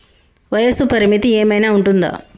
వయస్సు పరిమితి ఏమైనా ఉంటుందా?